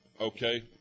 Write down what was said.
okay